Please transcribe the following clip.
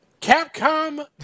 Capcom